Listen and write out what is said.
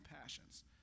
passions